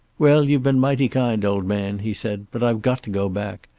well, you've been mighty kind, old man, he said. but i've got to go back.